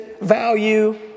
value